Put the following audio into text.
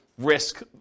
Risk